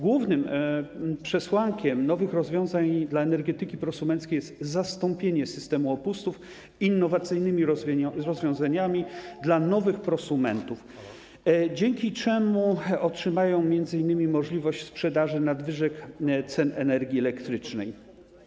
Główną przesłanką nowych rozwiązań dla energetyki prosumenckiej jest zastąpienie systemu opustów innowacyjnymi rozwiązaniami dla nowych prosumentów, dzięki czemu otrzymają oni m.in. możliwość sprzedaży nadwyżek energii elektrycznej.